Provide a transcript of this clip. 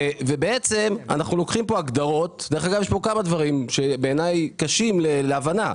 דרך אגב, יש כאן כמה דברים שבעיניי קשים להבנה.